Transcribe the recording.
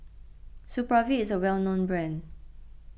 Supravit is a well known brand